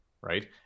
right